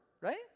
right